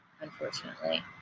unfortunately